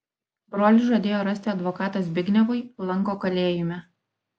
brolis žadėjo rasti advokatą zbignevui lanko kalėjime